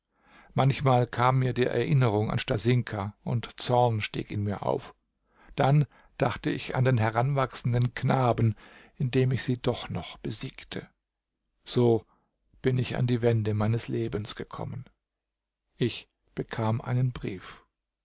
manchmal kam mir die erinnerung an stasinka und zorn stieg in mir auf dann dachte ich an den heranwachsenden knaben in dem ich sie doch noch besiegte so bin ich an die wende meines lebens gekommen ich bekam einen brief